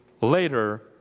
later